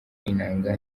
inanga